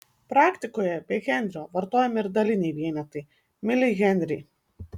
praktikoje be henrio vartojami ir daliniai vienetai milihenriai